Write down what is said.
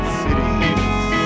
cities